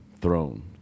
throne